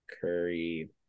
Curry